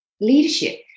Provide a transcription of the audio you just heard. leadership